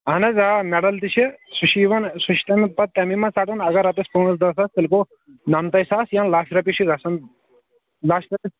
اَہن حظ آ مَیٚڈَل تہِ چھِ سُہ چھِ یِوَان سُہ چھُ تَمہِ پَتہٕ تَمے منٛز ژَٹُن اگر رۄپیَس پانٛژھ دہ ساس تیٚلہِ گوٚو نَمتَے ساس یا لَچھ رۄپیہِ چھِ گژھان لچھ رۄپیہِ